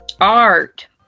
Art